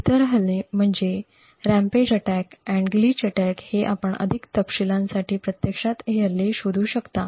इतर हल्ले म्हणजे रॅम्पेज हल्ला आणि ग्लीच हल्ले हे आपण अधिक तपशीलांसाठी प्रत्यक्षात हे हल्ले शोधू शकता